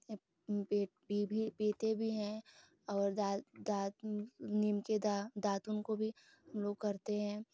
P भी पीते भी हैं और दाँत दाँत नीम का दा दातुन को भी हमलोग करते हैं